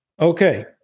Okay